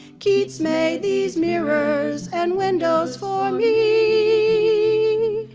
keats made these mirrors and windows for me,